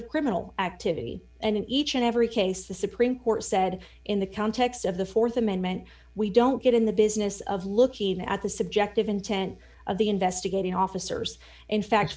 of criminal activity and in each and every case the supreme court said in the context of the th amendment we don't get in the business of looking at the subjective intent of the investigating officers in fact